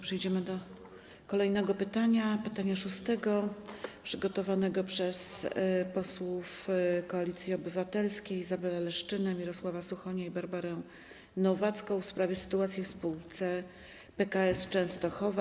Przejdziemy więc do kolejnego pytania, pytania szóstego, przygotowanego przez posłów Koalicji Obywatelskiej: Izabelę Leszczynę, Mirosława Suchonia i Barbarę Nowacką, w sprawie sytuacji w spółce PKS Częstochowa.